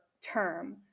term